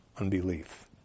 unbelief